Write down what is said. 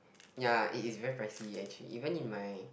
ya it is very pricy actually even in my